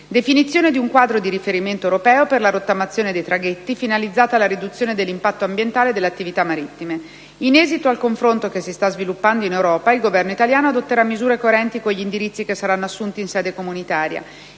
definizione di un quadro di riferimento europeo per la rottamazione dei traghetti, finalizzata alla riduzione dell'impatto ambientale delle attività marittime. In esito al confronto che si sta sviluppando in Europa, il Governo italiano adotterà misure coerenti con gli indirizzi che saranno assunti in sede comunitaria.